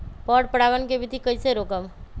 पर परागण केबिधी कईसे रोकब?